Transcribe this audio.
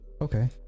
okay